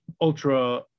ultra